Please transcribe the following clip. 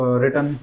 written